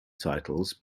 titles